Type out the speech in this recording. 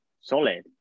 solid